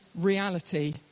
reality